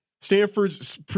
Stanford's